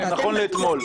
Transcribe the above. נכון לאתמול.